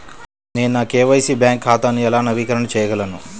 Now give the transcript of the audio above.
నేను నా KYC bank ఖాతాను ఎలా నవీకరణ చేయగలను?